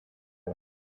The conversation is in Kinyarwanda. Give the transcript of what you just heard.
vuba